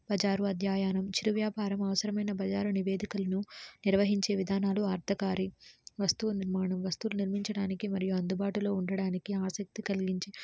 బజారు అధ్యాయానం చిరు వ్యాపారం అవసరం అయిన బజారు నివేదికలను నిర్వహించే విధానాలు ఆర్థకారి వస్తువు నిర్మాణం వస్తువులు నిర్మించడానికి మరియు అందుబాటులో ఉండడానికి ఆసక్తి కలిగించే